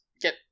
get